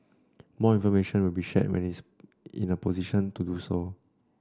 more information will be shared when it is in a position to do so